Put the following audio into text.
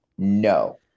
No